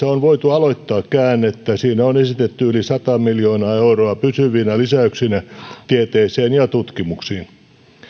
on voitu aloittaa käännettä siinä on esitetty yli sata miljoonaa euroa pysyvinä lisäyksinä tieteeseen ja tutkimuksiin